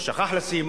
או שכח לשים,